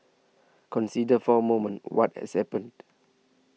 consider for a moment what has happened